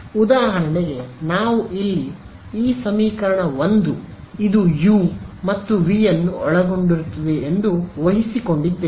ಉದಾಹರಣೆಗೆ ನಾವು ಇಲ್ಲಿ ಈ ಸಮೀಕರಣ 1 ಇದು ಯು ಮತ್ತು ವಿ ಅನ್ನು ಒಳಗೊಂಡಿರುತ್ತದೆ ಎಂದು ವಹಿಸಿಕೊಂಡಿದ್ದೇವೆ